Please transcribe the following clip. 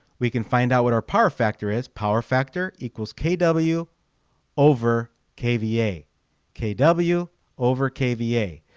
we can find out what our power factor is. power factor equals kw over kva kw over kva,